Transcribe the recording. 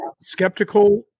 skeptical